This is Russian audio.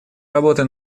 работы